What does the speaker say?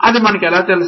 అది మనకు ఎలా తెలుసు